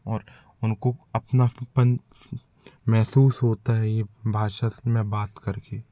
और उनको अपनापन महसूस होता है ये भाषा में बात कर के